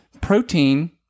protein